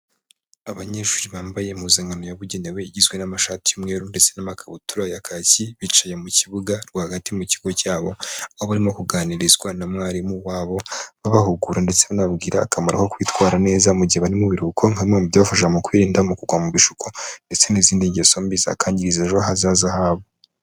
Abanyeshuri bambaye impuzankano yabugenewe, igizwe n'amashati y'umweru ndetse n'amakabutura ya kaki, bicaye mu kibuga rwagati mu kigo cyabo, barimo kuganirizwa na mwarimu wabo, babahugura ndetse banababwira akamaro ko kwitwara neza mu gihe bari mu biruhuko, nka bimwe mu byabafasha mu kwirinda mu kugwa mu bishuko, ndetse n'izindi ngeso mbi zakangiriza ejo hazaza habo.